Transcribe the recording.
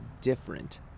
different